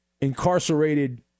incarcerated